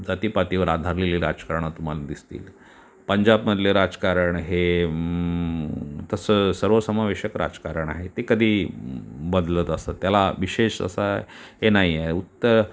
जातीपातीवर आधारलेली राजकारणं तुम्हाला दिसतील पंजाबमधलं राजकारण हे तसं सर्वसमावेशक राजकारण आहे ते कधीही बदलत असतं त्याला विशेष असा हे नाही आहे उत्तर